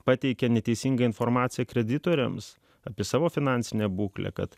pateikia neteisingą informaciją kreditoriams apie savo finansinę būklę kad